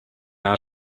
out